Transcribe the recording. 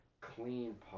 clean